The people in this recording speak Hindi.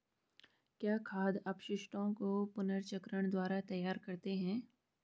क्या खाद अपशिष्टों को पुनर्चक्रण द्वारा तैयार करते हैं?